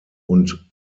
und